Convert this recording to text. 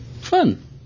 Fun